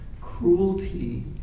cruelty